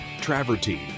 travertine